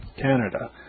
Canada